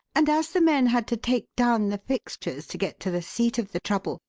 and as the men had to take down the fixtures to get to the seat of the trouble,